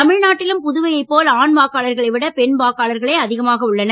தமிழ்நாட்டிலும் புதுவையை போல் ஆண் வாக்காளர்களை விட பெண் வாக்காளர்களே அதிகமாக உள்ளனர்